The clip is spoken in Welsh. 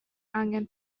angan